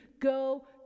go